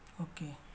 Okay